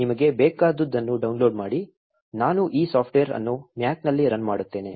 ನಿಮಗೆ ಬೇಕಾದುದನ್ನು ಡೌನ್ಲೋಡ್ ಮಾಡಿ ನಾನು ಈ ಸಾಫ್ಟ್ವೇರ್ ಅನ್ನು ಮ್ಯಾಕ್ನಲ್ಲಿ ರನ್ ಮಾಡುತ್ತೇನೆ